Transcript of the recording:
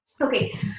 Okay